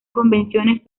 convenciones